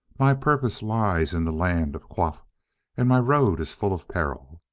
my purpose lies in the land of qaf and my road is full of peril.